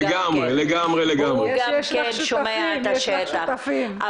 הוא גם כן שומע את השטח.